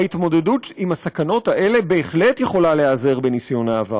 ההתמודדות עם הסכנות האלה בהחלט יכולה להיעזר בניסיון העבר.